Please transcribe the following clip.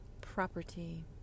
property